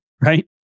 right